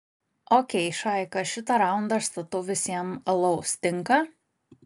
okei šaika šitą raundą aš statau visiem alaus tinka